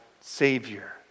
Savior